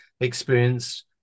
experienced